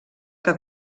que